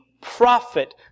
prophet